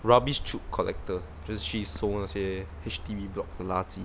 rubbish chute collector 去搜那些 H_D_B block 垃圾